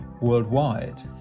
worldwide